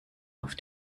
auf